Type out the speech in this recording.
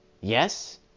Yes